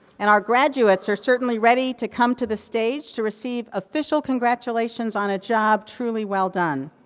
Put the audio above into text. and our graduates are certainly ready to come to this stage, to receive official congratulations on a job truly well done.